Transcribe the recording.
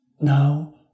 Now